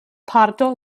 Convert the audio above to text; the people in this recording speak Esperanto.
parto